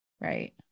Right